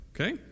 Okay